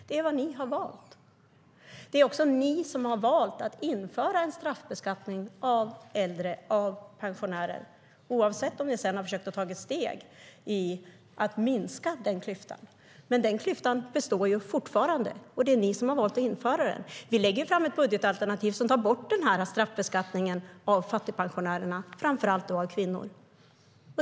Det är vad ni har valt. Det är också ni som har valt att införa en straffbeskattning av äldre och pensionärer, oavsett om ni sedan har försökt ta steg för att minska klyftan. Men den klyftan består ju fortfarande, och det är ni som har valt att införa den. Vi lägger fram ett budgetalternativ som tar bort straffbeskattningen av fattigpensionärerna, framför allt kvinnor.